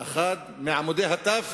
אחד מעמודי התווך